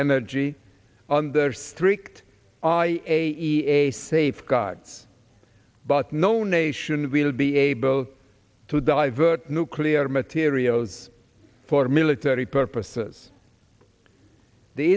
energy on the strict i a e a safeguards but no nation will be able to divert nuclear materials for military purpose yes the